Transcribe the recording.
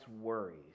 worries